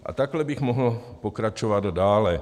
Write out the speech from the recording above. A takhle bych mohl pokračovat dále.